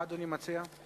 מה אדוני מציע?